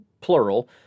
plural